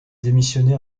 démissionné